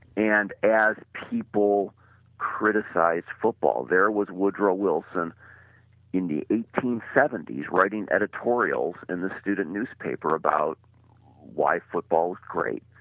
and as people criticized football there was woodrow wilson in the eighteen seventy s writing editorials in the student newspaper about why football was great.